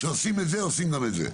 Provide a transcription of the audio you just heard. כשעושים את זה עושים גם את זה.